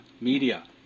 media